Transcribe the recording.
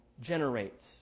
generates